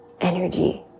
energy